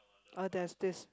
oh there's this